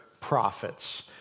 Prophets